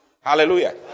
Hallelujah